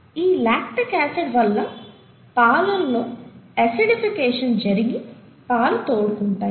ఈ lactic acid వల్ల పాలల్లో అసిడిఫికేషన్ జరిగి పాలు తోడుకుంటాయి